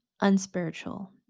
unspiritual